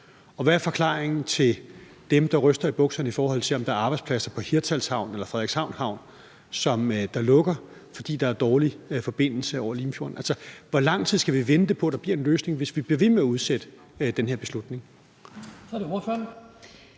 Og hvad er forklaringen til dem, der ryster i bukserne, i forhold til om der er arbejdspladser på Hirtshals Havn eller Frederikshavn Havn, der lukker, fordi der er dårlig forbindelse over Limfjorden? Altså, hvor lang tid skal vi vente på, at der kommer en løsning, hvis vi bliver ved med at udsætte den her beslutning?